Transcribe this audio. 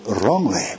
wrongly